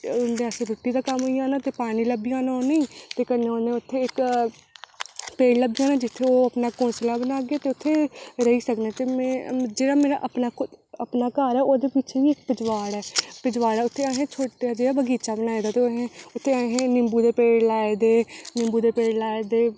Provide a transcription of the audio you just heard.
ते उं'दे आस्तै रुट्टी दा कम्म होई जाना ते पानी लब्भी जाना उ'नें ई ते कन्नै उ'नें ई इक पेड़ लब्भी जाङन ते कन्नै ओह् उत्थै अपना घोंसला बनाङन ते में जेह्ड़ा मेरा अपना कोई जेह्ड़ा घर ऐ ओह्दा भी उत्थै कोई पिछवाड़ ऐ ते उत्थै असें छोटा जेहा बगीचा बनाए दा ते असें नींबू दे पेड़ लाए दे नींबू दे पेड़ लाए दे